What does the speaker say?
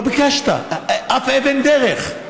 לא ביקשת, אף אבן דרך.